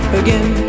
again